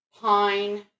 pine